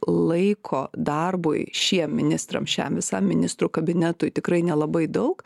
laiko darbui šiem ministram šiam visam ministrų kabinetui tikrai nelabai daug